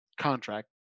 contract